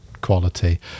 quality